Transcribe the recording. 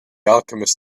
alchemist